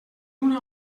una